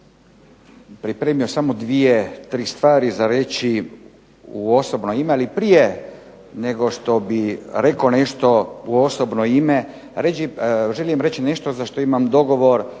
pripremio samo dvije, tri stvari za reći u osobno ime. Ali prije nego što bih rekao nešto u osobno ime želim reći nešto za što imamo dogovor